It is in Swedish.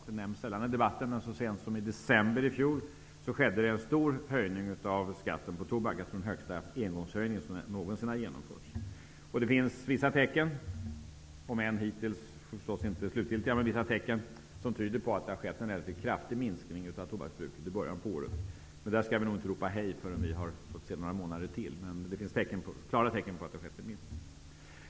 Det nämns sällan i debatten, men så sent som i december i fjol skedde en stor höjning av skatten på tobak -- jag tror att det var den högsta höjning som någonsin genomförts på en gång. Det finns vissa tecken, om än hittills inte slutgiltiga, som tyder på en kraftig minskning av tobaksbruket i början på året. Vi skall inte ropa hej förrän det gått några månader till, men det finns klara tecken på att det skett en minskning.